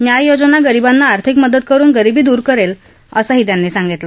न्याय योजना गरीबांना आर्थिक मदत करुन गरिबी दूर करेल असंही त्यांनी सांगितलं